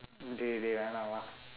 dey dey வேண்டாம் வா:veendaam vaa